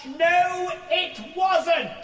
no it wasn't!